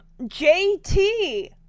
JT